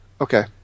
Okay